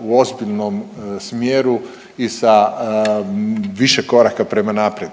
u ozbiljnom smjeru i sa više koraka prema naprijed.